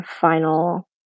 final